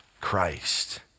Christ